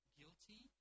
guilty